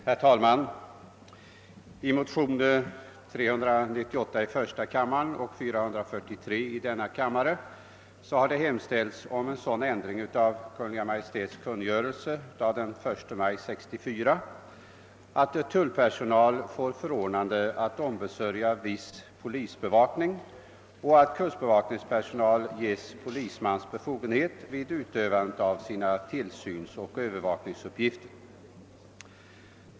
Herr talman! I motionsparet I: 398 och II: 443 har hemställts om en sådan ändring av Kungl. Maj:ts kungörelse av den 11 december 1964 om förordnande för tullpersonal att ombesörja viss polisbevakning och att kustbevakningspersonal ges polismans fulla befogenhet vid utövandet av sina tillsynsoch övervakningsuppgifter.